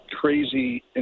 crazy